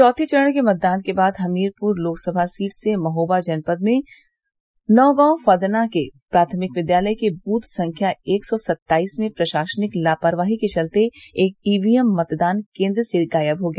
चौथे चरण के मतदान के बाद हमीरपुर लोकसभा सीट के महोबा जनपद में नौगांव फदना के प्राथमिक विद्यालय के बूथ संख्या एक सौ सत्ताईस में प्रशासनिक लापरवाही के चलते एक ईवीएम मतदान केन्द्र से गायब हो गया